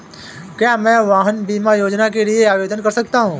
क्या मैं वाहन बीमा योजना के लिए आवेदन कर सकता हूँ?